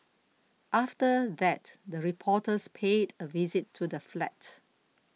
after that the reporters paid a visit to the flat